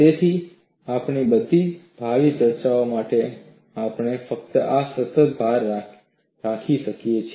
તેથી આપણી બધી ભાવિ ચર્ચાઓ માટે આપણે ફક્ત આ સતત ભાર રાખી શકીએ છીએ